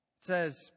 says